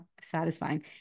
satisfying